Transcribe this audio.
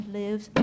lives